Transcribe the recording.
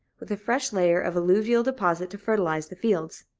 with a fresh layer of alluvial deposit to fertilize the fields.